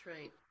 right